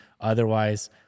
otherwise